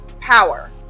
power